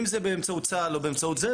אם זה באמצעות צה"ל או באמצעות זה,